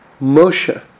Moshe